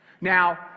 Now